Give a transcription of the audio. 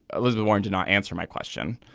elizabeth warren did not answer my question.